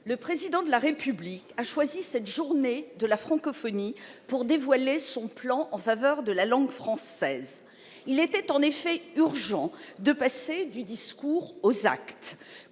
le Président de la République a choisi la Journée internationale de la francophonie pour dévoiler son plan en faveur de la langue française. Il était urgent de passer du discours aux actes.